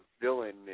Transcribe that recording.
villain